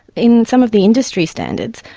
in some of the industry standards,